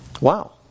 Wow